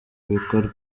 bikorwe